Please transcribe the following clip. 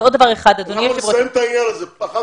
אנחנו נסיים את העניין הזה אחת